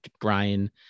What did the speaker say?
Brian